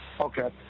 Okay